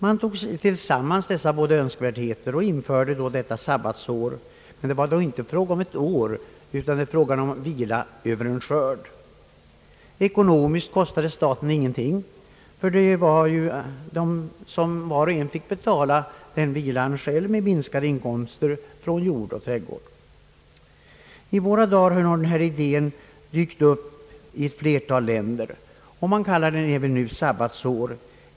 Man slog tillsammans dessa båda önskvärdheter och införde sabbatsåret; det var dock inte fråga om ett år, utan om vila över en skörd. Ekonomiskt kostade det staten ingenting — var och en fick betala denna vila själv genom minskade inkomster från jord och trädgård. I våra dagar har den här idén dykt upp i ett flertal länder. Man talar också nu om sabbatsår.